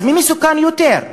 אז מי מסוכן יותר?